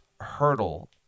hurdle